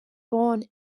born